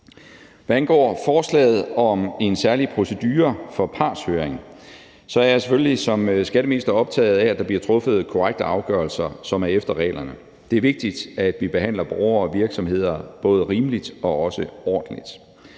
Hvad angår forslaget om en særlig procedure for partshøring, er jeg selvfølgelig som skatteminister optaget af, at der bliver truffet korrekte afgørelser, som er efter reglerne. Det er vigtigt, at vi behandler borgere og virksomheder både rimeligt og ordentligt.